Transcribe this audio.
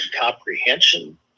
comprehension